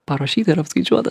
parašyta ar apskaičiuota